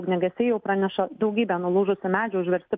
ugniagesiai jau praneša daugybė nulūžusių medžių užversti